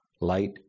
light